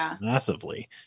massively